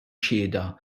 xhieda